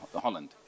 Holland